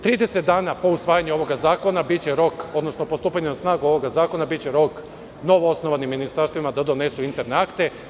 Trideset dana po usvajanju ovog zakona biće rok, odnosno po stupanju na snagu ovog zakona, biće rok novoosnovanim ministarstvima da donesu interne akte.